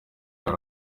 hari